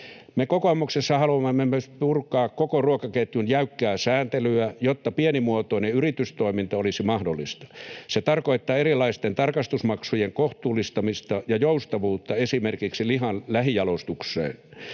Me kokoomuksessa haluamme myös purkaa koko ruokaketjun jäykkää sääntelyä, jotta pienimuotoinen yritystoiminta olisi mahdollista. Se tarkoittaa erilaisten tarkastusmaksujen kohtuullistamista ja joustavuutta esimerkiksi lihan lähijalostukseen.